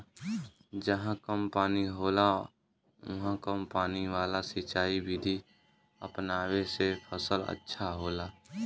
जहां कम पानी होला उहाँ कम पानी वाला सिंचाई विधि अपनावे से फसल अच्छा होला